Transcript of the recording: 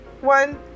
one